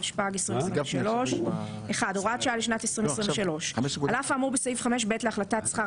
התשפ"ג 2023 הוראת שעה לשנת 1. על אף האמור בסעיף 5(ב) להחלטת שכר